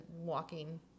walking